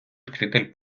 вчитель